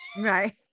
Right